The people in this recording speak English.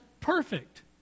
perfect